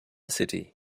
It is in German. city